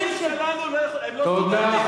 שלנו, על מה את מדברת?